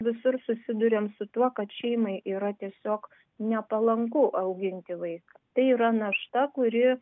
visur susiduriam su tuo kad šeimai yra tiesiog nepalanku auginti vaiką tai yra našta kuri